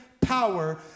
power